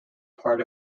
part